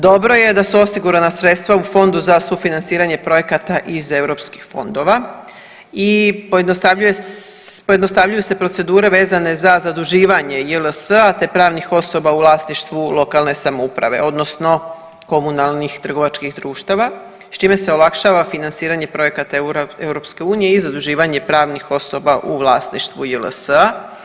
Dobro je da su osigurana sredstva u Fondu za sufinanciranje projekata iz europskih fondova i pojednostavljuju se procedure vezane za zaduživanje JLS-a te pravnih osoba u vlasništvu lokalne samouprave odnosno komunalnih trgovačkih društava s čime se olakšava financiranje projekata EU i zaduživanje pravnih osoba u vlasništvu JLS-a.